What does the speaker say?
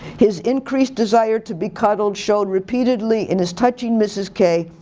his increased desire to be cuddled showed repeatedly in his touching mrs. k,